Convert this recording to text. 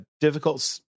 difficult